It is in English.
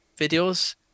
videos